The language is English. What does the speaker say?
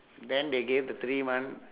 then they gave the three month